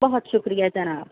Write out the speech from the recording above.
بہت شُکریہ جناب